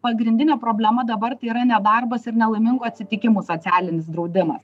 pagrindinė problema dabar tai yra nedarbas ir nelaimingų atsitikimų socialinis draudimas